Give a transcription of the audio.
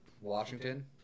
Washington